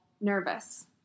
nervous